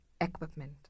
equipment